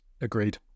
Agreed